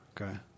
Okay